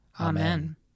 Amen